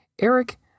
eric